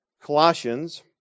Colossians